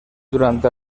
durante